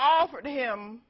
offered him